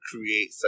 create